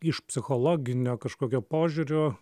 iš psichologinio kažkokio požiūrio